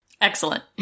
Excellent